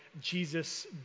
Jesus